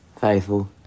Faithful